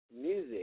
Music